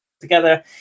together